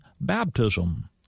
baptism